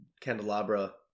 candelabra